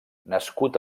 nascut